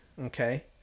okay